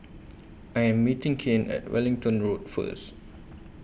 I Am meeting Kane At Wellington Road First